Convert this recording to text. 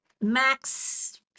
max